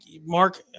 Mark